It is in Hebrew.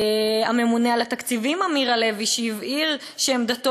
הממונה על התקציבים אמיר לוי הבהיר שעמדתו